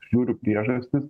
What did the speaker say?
žiūriu priežastis